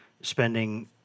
spending